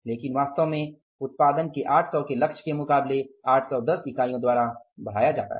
लेकिन वास्तव में उत्पादन को 800 के लक्ष्य के मुकाबले 10 इकाइयों द्वारा बढ़ाया जाता है